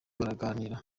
baraganira